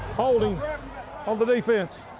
holding on the defense.